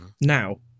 Now